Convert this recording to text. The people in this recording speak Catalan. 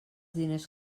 diners